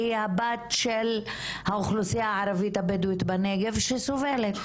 הודא היא הבת של האוכלוסייה הערבית הבדואית בנגב שסובלת.